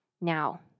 now